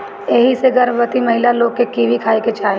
एही से गर्भवती महिला लोग के कीवी खाए के चाही